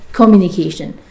communication